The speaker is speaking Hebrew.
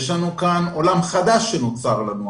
יש לנו עולם חדש שנוצר לנו.